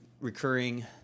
recurring